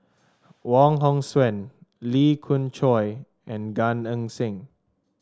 Wong Hong Suen Lee Khoon Choy and Gan Eng Seng